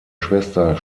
schwester